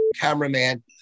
cameraman